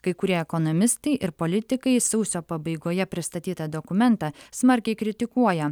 kai kurie ekonomistai ir politikai sausio pabaigoje pristatytą dokumentą smarkiai kritikuoja